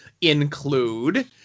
include